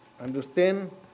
understand